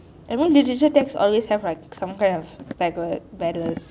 literature text always have like some kind of bad word bad words